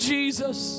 Jesus